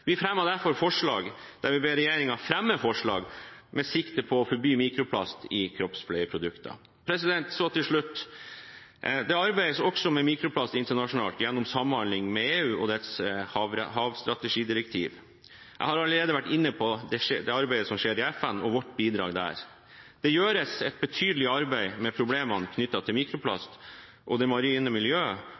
Vi fremmer derfor forslag der vi ber regjeringen fremme forslag med sikte på å forby mikroplast i kroppspleieprodukter. Så til slutt: Det arbeides også med mikroplast internasjonalt gjennom samhandling med EU og dets havstrategidirektiv. Jeg har allerede vært inne på det arbeidet som skjer i FN, og vårt bidrag der. Det gjøres et betydelig arbeid med problemene knyttet til mikroplast og det marine miljø,